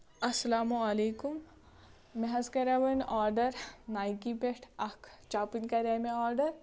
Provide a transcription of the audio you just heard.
اَسلامُ علیکُم مےٚحظ کَریاو وۅنۍ آرڈَر نایِکی پٮ۪ٹھ اَکھ چَپٕنۍ کرے مےٚ آرڈَر